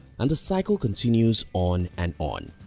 and the cycle continues on and on.